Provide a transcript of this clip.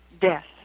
death